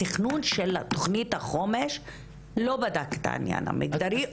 התכנון של תוכנית החומש לא בדק את הענין המגדרי,